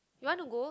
you want to go